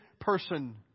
person